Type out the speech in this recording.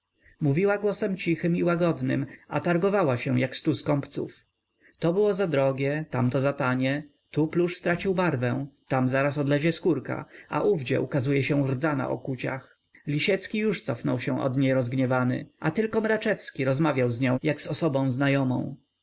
mówiła głosem cichym i łagodnym a targowała się jak stu skąpców to było zadrogie tamto zatanie tu plusz stracił barwę tam zaraz odlezie skórka a owdzie ukazuje się rdza na okuciach lisiecki już cofnął się od niej rozgniewany klejn odpoczywał a tylko mraczewski rozmawiał z nią jak z osobą znajomą